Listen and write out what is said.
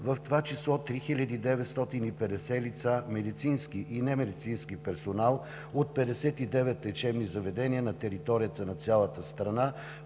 в това число 3950 лица медицински и немедицински персонал от 59 лечебни заведения на територията на цялата страна